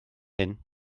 hyn